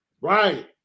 Right